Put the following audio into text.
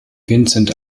vincent